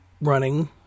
running